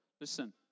listen